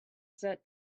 set